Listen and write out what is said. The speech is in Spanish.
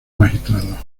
magistrados